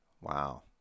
Wow